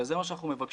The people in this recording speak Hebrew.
וזה מה שאנחנו מבקשים.